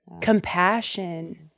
compassion